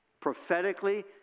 Prophetically